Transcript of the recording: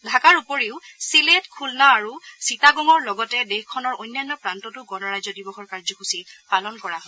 ঢ়াকাৰ উপৰিও ছিলেট খুল্না আৰু চিটাগঙৰ লগতে অন্যান্য প্ৰান্ততো গণৰাজ্য দিৱসৰ কাৰ্যসূচী পালন কৰা হয়